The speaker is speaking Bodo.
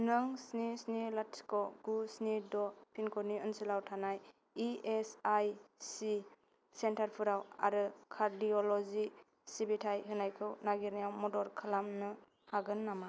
नों स्नि स्नि लाथिख गु स्नि द' पिनक'डनि ओनसोलाव थानाय इ एस आइ सि सेन्टारफोराव आरो कार्डिअ'ल'जि सिबिथाय होनायखौ नागिरनायाव मदद खालामनो हागोन नामा